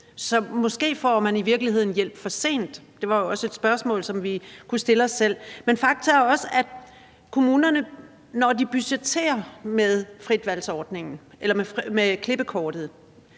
i virkeligheden hjælp for sent. Det er jo også et spørgsmål, som vi kunne stille os selv. Men fakta er også, at kommunerne, når de budgetterer med klippekortet,